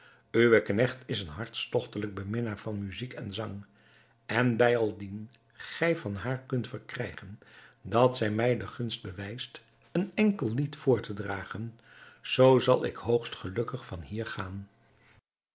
uw knecht is een hartstogtelijk beminnaar van muzijk en zang en bijaldien gij van haar kunt verkrijgen dat zij mij de gunst bewijst een enkel lied voor te dragen zoo zal ik hoogst gelukkig van hier gaan